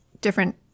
different